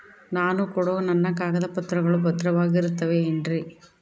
ನಾನು ಕೊಡೋ ನನ್ನ ಕಾಗದ ಪತ್ರಗಳು ಭದ್ರವಾಗಿರುತ್ತವೆ ಏನ್ರಿ?